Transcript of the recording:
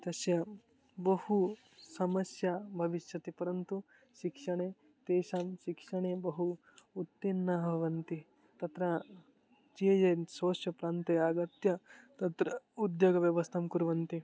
तस्य बहु समस्या भविष्यति परन्तु शिक्षणे तेषां शिक्षणे बहु उत्तीर्णाः भवन्ति तत्र चियेन् स्वस्य प्रान्ते आगत्य तत्र उद्योगव्यवस्थां कुर्वन्ति